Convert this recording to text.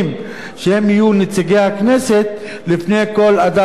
לפני כל אדם אחר שבא לייצג את הכנסת,